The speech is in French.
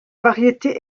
variété